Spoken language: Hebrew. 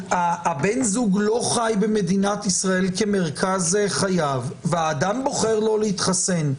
בן הזוג לא חי במדינת ישראל כמרכז חייו והאדם בוחר לא להתחסן,